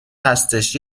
هستش